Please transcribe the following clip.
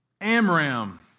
Amram